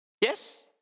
Yes